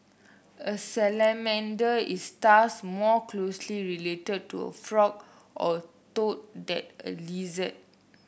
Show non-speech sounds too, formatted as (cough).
a salamander is thus more closely related to a (unintelligible) or toad that a lizard